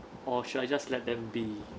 or should I just let them be